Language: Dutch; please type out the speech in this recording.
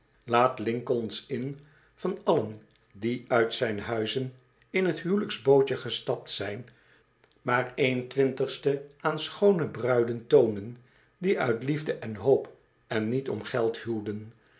laat lincoln s inn van allen die uit zijn huizen in t huwelijksbootje gestapt zijn maar én twintigste aan schoone bruiden een reiziger die geen handel drijft toonen die uit liefde en hoop en niet om geld